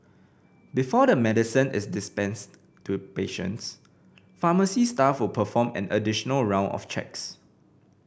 before the medicine is dispensed to patients pharmacy staff will perform an additional round of checks